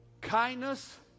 Kindness